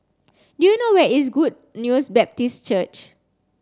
do you know where is Good News Baptist Church